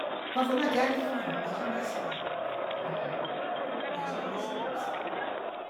Kwa fwola kiadi ki kwavo maisha imyasia mhh maisha nyiasia kabisa